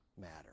matter